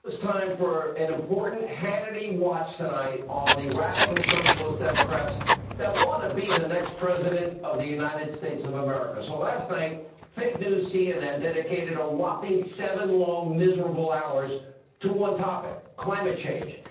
it's time for an important hannity watch so on the radical socialist democrats that want to be the next president of the united states of america. so last night fake new cnn dedicated a whopping seven long miserable hours to one topic climate change.